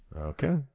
Okay